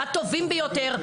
הטובים ביותר.